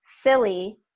silly